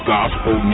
Gospel